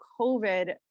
COVID